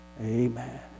amen